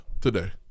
Today